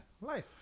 life